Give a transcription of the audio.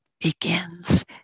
begins